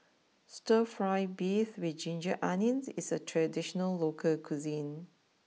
Stir Fry Beef with Ginger Onions is a traditional local cuisine